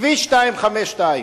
כביש 252,